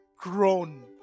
grown